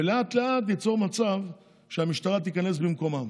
ולאט-לאט ליצור מצב שהמשטרה תיכנס במקומם,